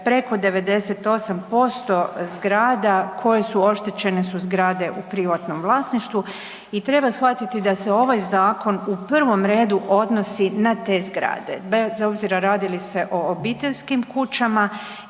preko 98% zgrada koje su oštećene su zgrade u privatnom vlasništvu i treba shvatiti da se ovaj zakon u prvom redu odnosi na te zgrade bez obzira radi li se o obiteljskim kućama